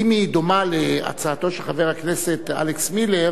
אם היא דומה להצעתו של חבר הכנסת אלכס מילר,